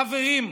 חברים,